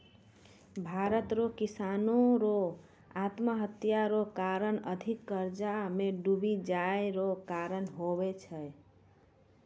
भारत रो किसानो रो आत्महत्या रो कारण अधिक कर्जा मे डुबी जाय रो कारण हुवै छै